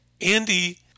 Andy